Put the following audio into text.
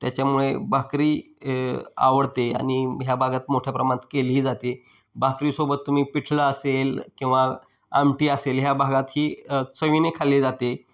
त्याच्यामुळे भाकरी आवडते आणि ह्या भागात मोठ्या प्रमाणात केलीही जाते भाकरीसोबत तुम्ही पिठलं असेल किंवा आमटी असेल ह्या भागात ही चवीने खाल्ली जाते